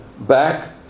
back